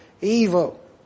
evil